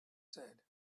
said